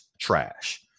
trash